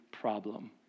problem